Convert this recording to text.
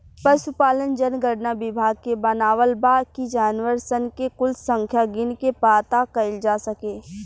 पसुपालन जनगणना विभाग के बनावल बा कि जानवर सन के कुल संख्या गिन के पाता कइल जा सके